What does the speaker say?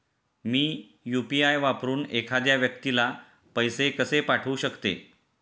मी UPI वापरून एखाद्या व्यक्तीला पैसे कसे पाठवू शकते?